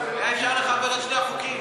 אולי אפשר לחבר את שני החוקים,